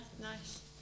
nice